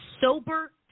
sober